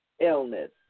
illness